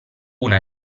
una